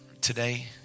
today